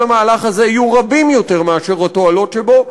המהלך הזה יהיו רבים יותר מהתועלת שבו,